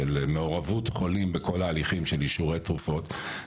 של מעורבות חולים בכל ההליכים של אישורי תרופות,